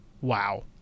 Wow